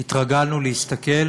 התרגלנו להסתכל